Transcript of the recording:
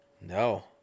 No